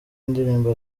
ndirimbo